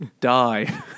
Die